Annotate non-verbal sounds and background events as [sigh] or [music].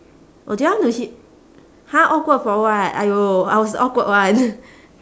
oh do you want to s~ !huh! awkward for what !aiyo! I was the awkward one [noise]